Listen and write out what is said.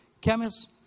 chemists